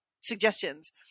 suggestions